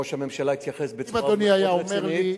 ראש הממשלה התייחס בצורה מאוד רצינית.